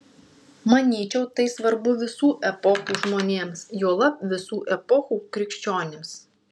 manyčiau tai svarbu visų epochų žmonėms juolab visų epochų krikščionims